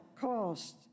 cost